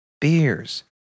beers